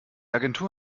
agentur